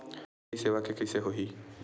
UPI सेवा के कइसे होही?